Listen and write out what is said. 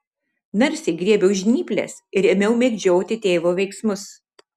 narsiai griebiau žnyples ir ėmiau mėgdžioti tėvo veiksmus